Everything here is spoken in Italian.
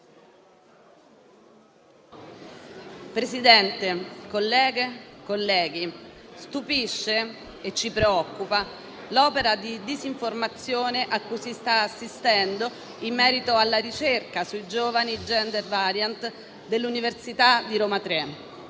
Presidente, colleghe e colleghi, stupisce e ci preoccupa l'opera di disinformazione a cui si sta assistendo in merito alla ricerca sui giovani *gender variant* dell'Università degli